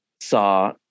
saw